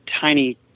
tiny